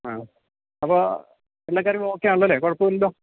ആ അപ്പോൾ എല്ലാ കാര്യങ്ങളും ഓക്കേയാണല്ലോലേ കുഴപ്പമില്ലല്ലോ